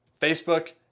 Facebook